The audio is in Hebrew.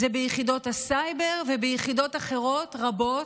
זה ביחידות הסייבר וביחידות אחרות, רבות,